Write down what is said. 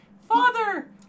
Father